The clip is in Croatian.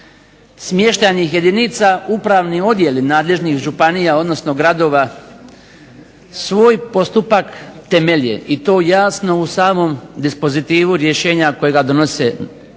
smještajnih jedinica upravni odjeli nadležnih županija odnosno gradova svoj postupak temelje i to jasno u samom dispozitivu rješenja koja ga donose obrazlažu